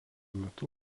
metu